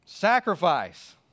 Sacrifice